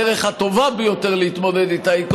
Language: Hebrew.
הדרך הטובה ביותר להתמודד איתה היא,